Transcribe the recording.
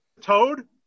toad